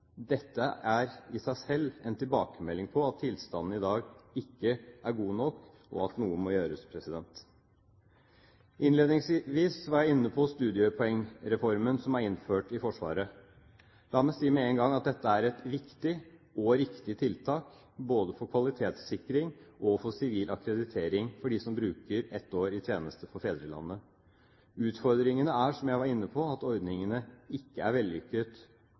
Dette er i seg selv en tilbakemelding om at tilstanden i dag ikke er god nok, og at noe må gjøres. Innledningsvis var jeg inne på studiepoengreformen, som er innført i Forsvaret. La meg si med en gang at dette er et viktig og riktig tiltak både for kvalitetssikring og for sivil akkreditering for dem som bruker ett år i tjeneste for fedrelandet. Utfordringene er, som jeg var inne på, at ordningen ikke er vellykket